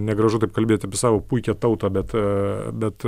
negražu taip kalbėt apie savo puikią tautą bet